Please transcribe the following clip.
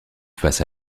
face